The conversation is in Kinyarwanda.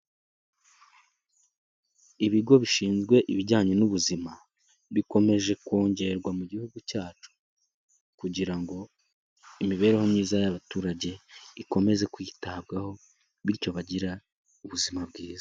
Ibigo bishinzwe ibijyanye n'ubuzima, bikomeje kongerwa mu gihugu cyacu, kugira ngo imibereho myiza y'abaturage ikomeze kwitabwaho bityo bagire ubuzima bwiza.